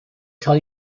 tell